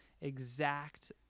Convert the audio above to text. exact